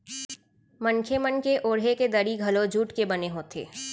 मनखे मन के ओड़हे के दरी घलोक जूट के बने होथे